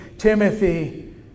Timothy